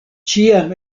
ĉiam